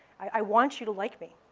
i want you to like me.